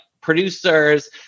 producers